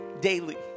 daily